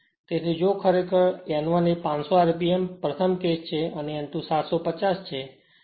તેથી જો ખરેખર જો n1એ 500 rpm પ્રથમ કેસ છે અને n2 750 છે